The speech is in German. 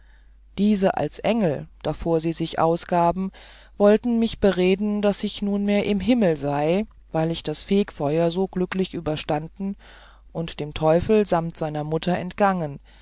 diese als engel davor sie sich ausgaben wollten mich bereden daß ich nunmehr im himmel sei weil ich das fegfeur so glücklich überstanden und dem teufel samt seiner mutter entgangen